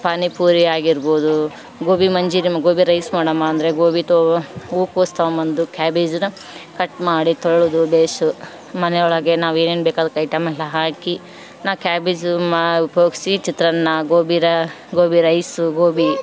ಪಾನಿಪುರಿ ಆಗಿರಬೋದು ಗೋಬಿ ಮಂಚುರಿ ಗೋಬಿ ರೈಸ್ ಮಾಡಮ್ಮ ಅಂದರೆ ಗೋಬಿ ತೊ ಹೂಕೋಸು ತೊಗೊಂಬಂದು ಕ್ಯಾಬೇಜ್ನ ಕಟ್ ಮಾಡಿ ತೊಳೆದು ಬೇಷು ಮನೆಯೊಳಗೆ ನಾವು ಏನೇನು ಬೇಕು ಅದಕ್ಕೆ ಐಟಮೆಲ್ಲ ಹಾಕಿ ನಾ ಕ್ಯಾಬೇಜ್ ಮಾ ಉಪಯೋಗಿಸಿ ಚಿತ್ರಾನ್ನ ಗೋಬಿರಾ ಗೋಬಿ ರೈಸು ಗೋಬಿ